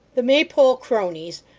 the maypole cronies,